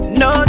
no